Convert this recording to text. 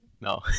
No